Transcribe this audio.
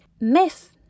Myth